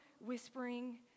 whispering